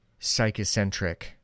psychocentric